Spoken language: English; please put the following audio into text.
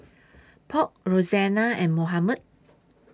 Polk Roxanna and Mohamed